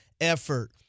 effort